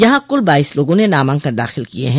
यहां कुल बाइस लोगों ने नामांकन दाखिल किये हैं